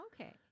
Okay